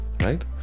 right